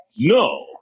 No